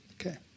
Okay